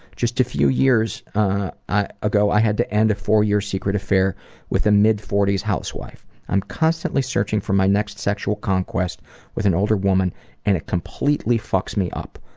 just a few years ago i had to end a four-year secret affair with a mid forty s housewife. i'm constantly searching for my next sexual conquest with an older woman and it completely fucks me up.